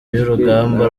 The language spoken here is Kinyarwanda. y’urugamba